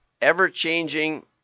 ever-changing